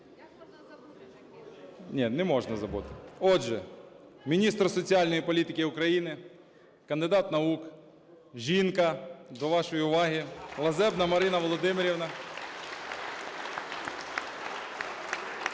Ні, не можна забути. Отже, міністр соціальної політики України. Кандидат наук, жінка, до вашої уваги, Лазебна Марина Володимирівна.